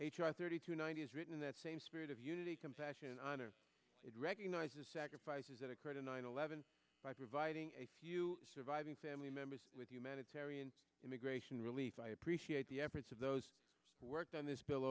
here thirty to ninety is written in that same spirit of unity compassion and honor it recognizes sacrifices that occurred in nine eleven by providing a few surviving family members with humanitarian immigration relief i appreciate the efforts of those worked on this bill